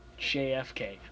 JFK